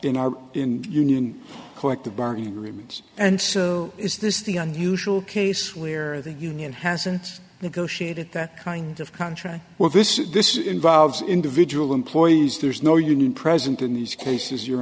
in our in union collective bargaining agreement and so is this the unusual case we're the union hasn't negotiated that kind of contract well this is this involves individual employees there's no union present in these cases your